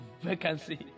vacancy